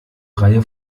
reihe